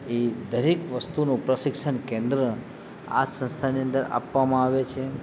એ દરેક વસ્તુનું પ્રશિક્ષણ કેન્દ્ર આ સંસ્થાની અંદર આપવામાં આવે છે